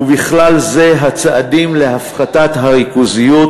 ובכלל זה הצעדים להפחתת הריכוזיות